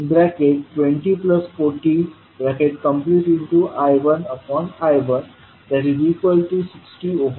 म्हणून आपण z11V1I12040I1I160 असे लिहतो